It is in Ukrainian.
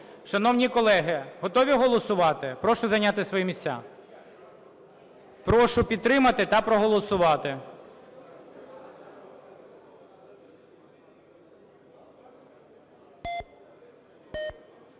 Шановні колеги, готові голосувати? Прошу зайняти свої місця, прошу підтримати та проголосувати.